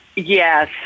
Yes